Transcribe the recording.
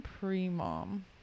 pre-mom